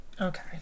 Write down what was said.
Okay